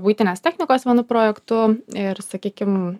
buitinės technikos vienu projektu ir sakykim